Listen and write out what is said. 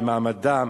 במעמדם,